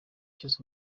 cyose